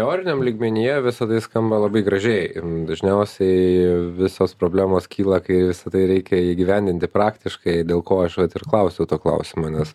teoriniam lygmenyje visa tai skamba labai gražiai ir dažniausiai visos problemos kyla kai visa tai reikia įgyvendinti praktiškai dėl ko aš klausiau to klausimo nes